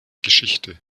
geschichte